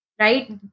right